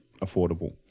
affordable